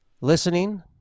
listening